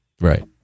Right